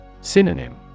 Synonym